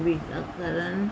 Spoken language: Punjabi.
ਟੀਕਾਕਰਨ